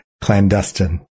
clandestine